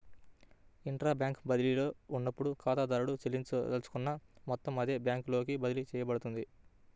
intra bank బదిలీలో ఉన్నప్పుడు, ఖాతాదారుడు చెల్లించదలుచుకున్న మొత్తం అదే బ్యాంకులోకి బదిలీ చేయబడుతుంది